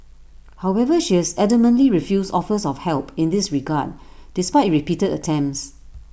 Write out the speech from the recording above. however she has adamantly refused offers of help in this regard despite repeated attempts